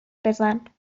بزن